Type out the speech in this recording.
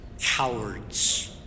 Cowards